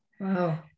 Wow